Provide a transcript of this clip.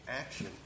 action